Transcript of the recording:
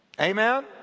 Amen